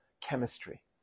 chemistry